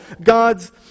God's